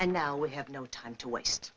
and now we have no time to waste